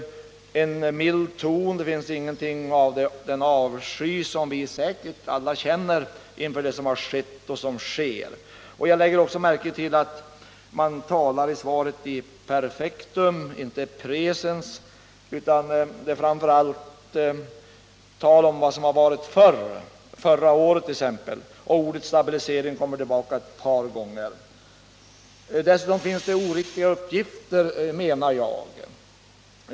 Det finns däri ingenting av den avsky vi säkert alla känner inför det som har skett och sker. Jag lägger också märke till att utrikesministern i svaret talar i perfektum och inte i presens. Det är framför allt tal om vad som förekommit förr — förra året t.ex. Ordet stabilisering nämns ett par gånger. Dessutom finns det oriktiga uppgifter i svaret, menar jag.